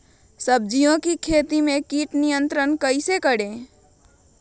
सब्जियों की खेती में कीट नियंत्रण कैसे करें?